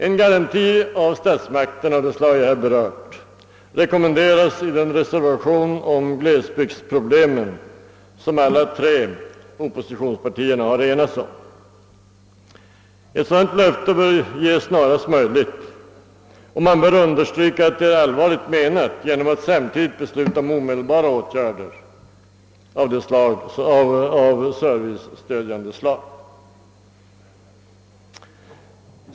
En garanti av statsmakterna av det slag jag här berört rekommenderas i den reservation om glesbygdsproblemen som alla tre oppositionspartierna har enats om. Ett sådant löfte bör ges snarast möjligt och man bör understryka att det är allvarligt menat genom att samtidigt besluta om omedelbara åtgärder av servicestödjande slag.